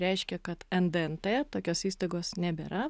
reiškia kad ndnt tokios įstaigos nebėra